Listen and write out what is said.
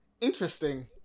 Interesting